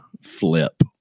flip